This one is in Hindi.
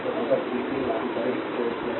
तो अगर केसीएल लागू करें तो यह कैसे होगा